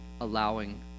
allowing